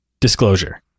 Disclosure